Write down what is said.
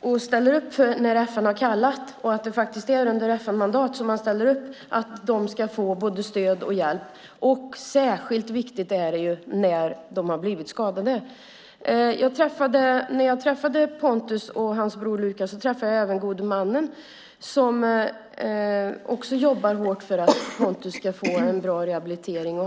och ställer upp när FN kallar - det är faktiskt under FN-mandat som de ställer upp - ska få både stöd och hjälp. Särskilt viktigt är det när de har blivit skadade. När jag träffade Pontus och hans bror Lukas träffade jag även den gode mannen som också jobbar hårt för att Pontus ska få en bra rehabilitering.